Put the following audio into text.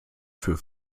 für